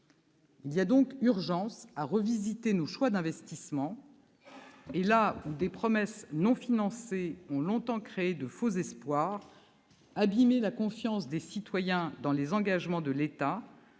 Il y a donc urgence à revisiter nos choix d'investissement et, là où des promesses non financées ont longtemps créé de faux espoirs, abîmé la confiance de nos concitoyens dans les engagements de l'État,